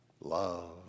love